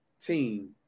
team